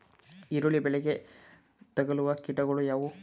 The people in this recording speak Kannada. ಈರುಳ್ಳಿ ಬೆಳೆಗೆ ತಗಲುವ ಕೀಟಗಳು ಯಾವುವು?